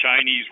Chinese